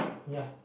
ya